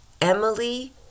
emily